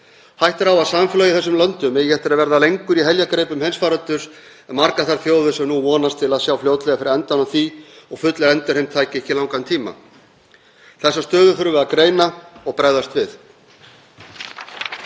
Hætta er á að samfélagið í þessum löndum eigi eftir að verða lengur í heljargreipum heimsfaraldurs en margar þær þjóðir sem nú vonast til að sjá fljótlega fyrir endann á því og að full endurheimt taki ekki langan tíma. Þessa stöðu þurfum við að greina og bregðast við.